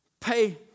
Pay